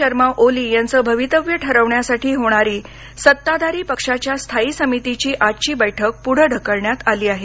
शर्मा ओली यांचं भवितव्य ठरवण्यासाठी होणारी सत्ताधारी पक्षाच्या स्थायी समितीची आजची बैठक पुढे ठकलण्यात आली आहे